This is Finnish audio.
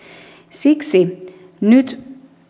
siksi nyt